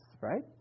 right